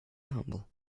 humble